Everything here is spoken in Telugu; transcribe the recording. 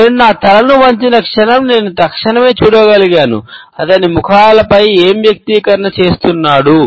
నేను నా తలను వంచిన క్షణం నేను తక్షణమే చూడగలిగాను అతను ముఖాలపై ఏం వ్యక్తీకరణ చేస్తున్నాడు